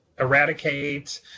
eradicate